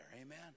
Amen